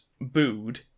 booed